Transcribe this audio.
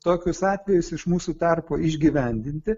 tokius atvejus iš mūsų tarpo išgyvendinti